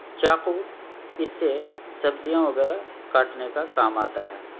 چاقو اس سے سبزیاں وغیرہ کاٹنے کا کام آتا ہے